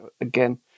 Again